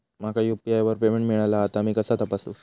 माका यू.पी.आय वर पेमेंट मिळाला हा ता मी कसा तपासू?